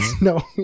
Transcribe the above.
No